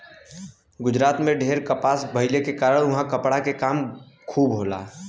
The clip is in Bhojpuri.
गुजरात में ढेर कपास भइले के कारण उहाँ कपड़ा के काम खूब होला